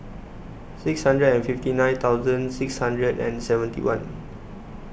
six hundred and fifty nine thousand six hundred and seventy one